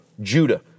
Judah